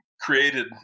created